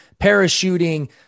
parachuting